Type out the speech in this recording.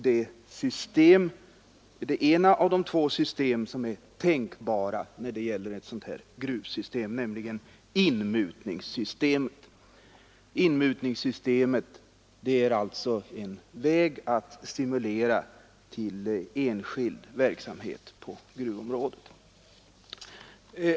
Det ena av de två system som är tänkbara förordas, nämligen inmutningssystemet — som är en väg att stimulera till enskild verksamhet på gruvområdet.